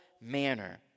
manner